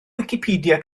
wicipedia